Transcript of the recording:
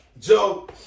Joe